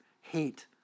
hate